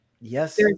Yes